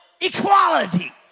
equality